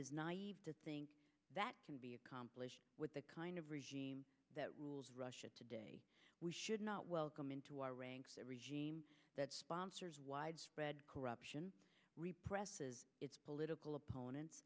is naive to think that can be accomplished with the kind of regime that rules russia today we should not welcome into our ranks sponsors widespread corruption repressive political opponents